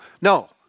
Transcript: No